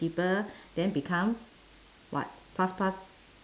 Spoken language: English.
people then become what plus plus